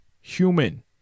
human